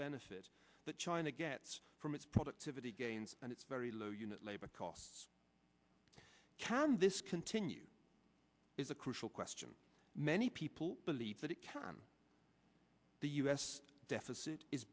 benefit that china gets from its productivity gains and its very low unit labor costs can this continue is a crucial question many people believe that it can the u s deficit is